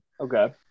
okay